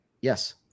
Yes